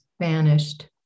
vanished